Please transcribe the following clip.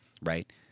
right